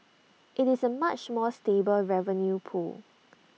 IT is A much more stable revenue pool